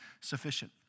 sufficient